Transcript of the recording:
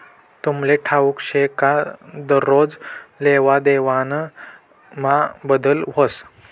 तुमले ठाऊक शे का दरोज लेवादेवामा बदल व्हस